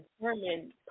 determine